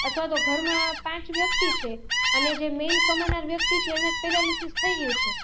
અથવા તો ઘરમાં પાંચ વ્યક્તિ છે અને જે મેન કમાવનાર વ્યક્તિ છે એને જ પેરાલીસીસ થઈ ગયું છે